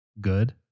good